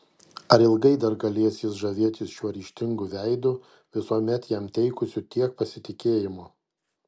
ar ilgai dar galės jis žavėtis šiuo ryžtingu veidu visuomet jam teikusiu tiek pasitikėjimo